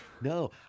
no